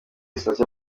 sitasiyo